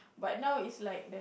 but now it's like that